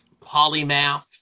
Polymath